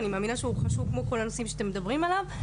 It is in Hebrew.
אני מאמינה שהוא חשוב כמו כל הנושאים שאתם מדברים עליהם,